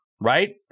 right